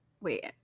wait